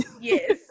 Yes